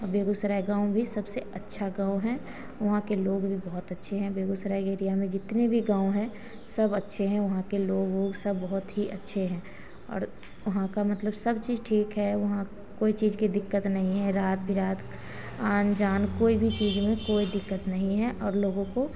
बेगूसराय गाँव भी सबसे अच्छा गाँव है वहाँ के लोग भी बहुत अच्छे हैं बेगूसराय एरिया में जितने भी गाँव हैं सब अच्छे हैं वहाँ के लोग उग सब बहुत अच्छे हैं और वहाँ का मतलब सब ठीक है कोई चीज कि दिक्कत नहीं है रात बिरात आन जान कोई भी चीज में कोई दिक्कत नहीं है और लोगों को